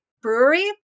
Brewery